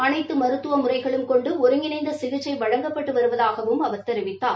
அனைத்து மருத்துவ முறைகளும் கொண்டு ஒருங்கிணைந்த சிகிச்சை வழங்கப்பட்டு வருவதாகவும் அவர் தெரிவித்தார்